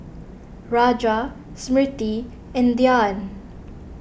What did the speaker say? Raja Smriti and Dhyan